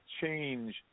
change